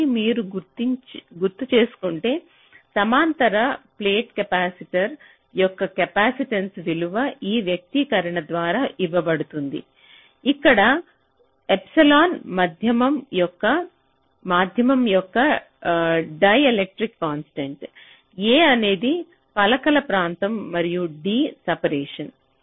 కాబట్టి మీరు గుర్తుచేసుకుంటే సమాంతర ప్లేట్ కెపాసిటర్ యొక్క కెపాసిటెన్స విలువ ఈ వ్యక్తీకరణ ద్వారా ఇవ్వబడుతుంది ఇక్కడ ε మాధ్యమం యొక్క డైఎలెక్ట్రిక్ కాన్స్టెంట్ A అనేది పలకల ప్రాంతం మరియు d సపరేషన్